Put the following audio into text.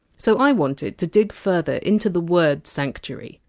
so i wanted to dig further into the word! sanctuary,